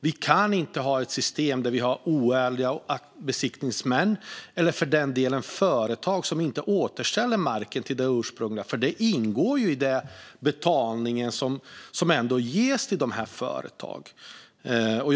Vi kan inte ha ett system med oärliga besiktningsmän - eller för den delen företag som inte återställer marken, för det ingår ju i betalningen som ges till företagen.